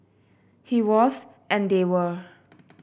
he was and they were